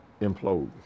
implode